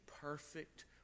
perfect